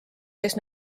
kes